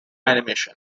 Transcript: animation